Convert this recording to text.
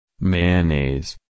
Mayonnaise